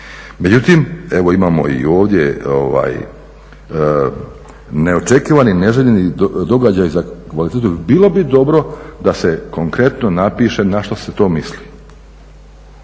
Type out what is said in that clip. Međutim, evo imamo i ovdje neočekivani, neželjeni događaj za kvalitetu. Bilo bi dobro da se konkretno napiše na što se to misli.